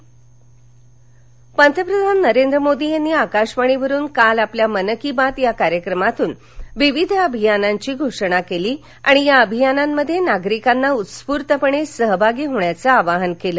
पंतप्रधान मन की बात पंतप्रधान नरेंद्र मोदी यांनी आकाशवाणीवरुन काल आपल्या मन की बात या कार्यक्रमातून विविध अभियानांची घोषणा केली आणि या अभियानांमध्ये नागरिकांना उत्स्फूर्तपणे सहभागी होण्याचं आवाहन केलं